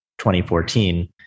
2014